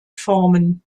formen